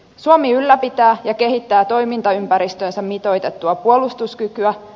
suomi ylläpitää ja kehittää toimintaympäristöönsä mitoitettua puolustuskykyä